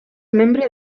membre